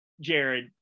Jared